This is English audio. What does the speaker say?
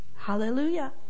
Hallelujah